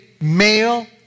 male